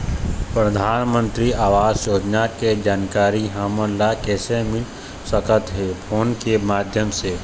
परधानमंतरी आवास योजना के जानकारी हमन ला कइसे मिल सकत हे, फोन के माध्यम से?